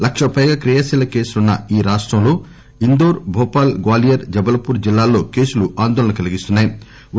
లక్షకు పైగా క్రియాశీలక కేసులున్న ఈ రాష్తంలో ఇందోర్ భోపాల్ గ్యాలియర్ జబల్ పూర్ జిల్లాల్లో కేసులు ఆందోళన కలిగిస్తున్నా యి